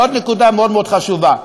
עוד נקודה מאוד מאוד חשובה: